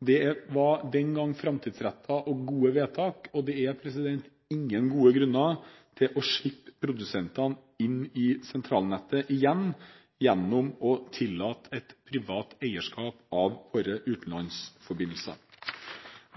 Det var den gang framtidsrettede og gode vedtak. Det er ingen gode grunner til igjen å slippe produsentene inn i sentralnettet gjennom å tillate et privat eierskap av våre utenlandsforbindelser.